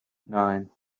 nine